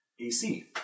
Ac